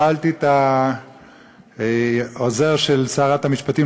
שאלתי את העוזר של שרת המשפטים,